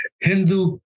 Hindu